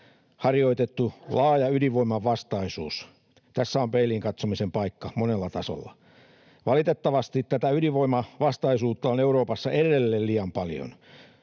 harjoitettu laaja ydinvoimavastaisuus — tässä on peiliin katsomisen paikka monella tasolla. Valitettavasti tätä ydinvoimavastaisuutta on Euroopassa edelleen liian paljon.